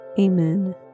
Amen